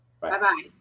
Bye-bye